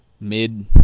mid